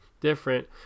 different